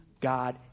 God